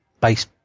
base